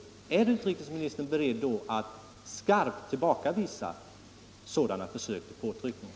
Är alltså utrikesministern beredd att skarpt tillbakavisa sådana försök till påtryckningar?